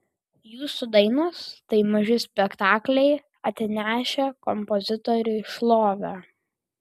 jūsų dainos tai maži spektakliai atnešę kompozitoriui šlovę